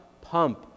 pump